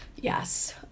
Yes